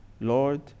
Lord